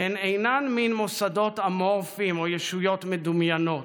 הן אינן מין מוסדות אמורפיים או ישויות מדומיינות,